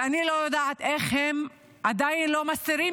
ואני לא יודעת איך עדיין הם לא מסתירים